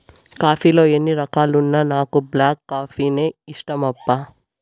coffee లో ఎన్నో రకాలున్నా నాకు బ్లాక్ కాఫీనే ఇష్టమప్పా